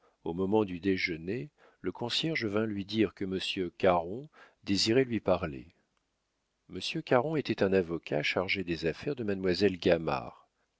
au moment du déjeuner le concierge vint lui dire que monsieur caron désirait lui parler monsieur caron était un avocat chargé des affaires de mademoiselle